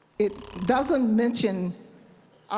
it doesn't mention